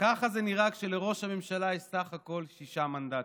ככה זה נראה כשלראש הממשלה יש בסך הכול שישה מנדטים.